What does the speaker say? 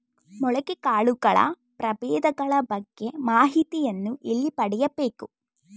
ಮೊಳಕೆ ಕಾಳುಗಳ ಪ್ರಭೇದಗಳ ಬಗ್ಗೆ ಮಾಹಿತಿಯನ್ನು ಎಲ್ಲಿ ಪಡೆಯಬೇಕು?